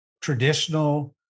traditional